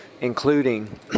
including